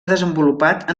desenvolupat